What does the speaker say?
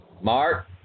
Mark